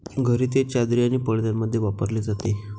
घरी ते चादरी आणि पडद्यांमध्ये वापरले जाते